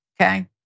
okay